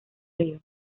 río